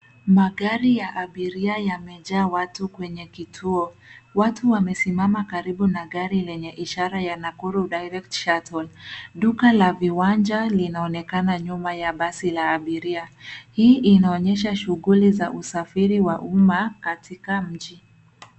Magari ya abiria yamejaa watu kwenye kituo. Watu wamesimama karibu na gari lenye ishara ya Nakuru direct shuttle . Duka la viwanja linaonekana nyuma ya basi la abiria. Hii inaonyesha shughuli za usafiri wa uma katika mji.